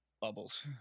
Bubbles